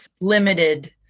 limited